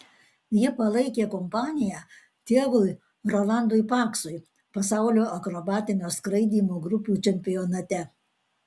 ji palaikė kompaniją tėvui rolandui paksui pasaulio akrobatinio skraidymo grupių čempionate